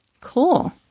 Cool